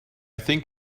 think